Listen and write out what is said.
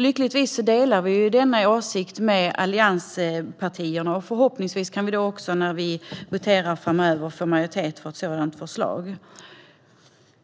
Lyckligtvis delar vi den åsikten med allianspartierna och kan därför förhoppningsvis få majoritet för ett sådant förslag när vi voterar.